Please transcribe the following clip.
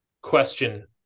question